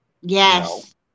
Yes